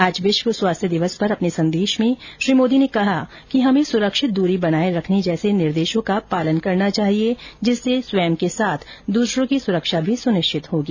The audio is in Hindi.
आज विश्व स्वास्थ्य दिवस पर अपने संदेश में श्री मोदी ने कहा कि हमें सुरक्षित दूरी बनाए रखने जैसे निर्देशों का पालन करना चाहिए जिससे स्वयं के साथ दूसरों की सुरक्षा भी सुनिश्चित होगी